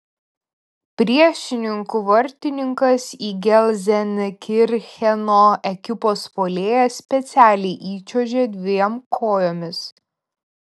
priešininkų vartininkas į gelzenkircheno ekipos puolėją specialiai įčiuožė dviem kojomis